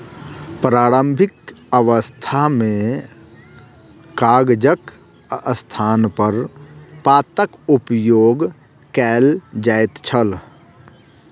प्रारंभिक अवस्था मे कागजक स्थानपर पातक उपयोग कयल जाइत छल